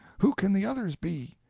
who can the others be?